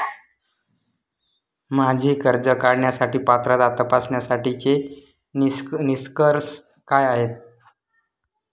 माझी कर्ज काढण्यासाठी पात्रता तपासण्यासाठीचे निकष काय आहेत?